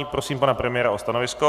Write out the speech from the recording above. Poprosím pana premiéra o stanovisko.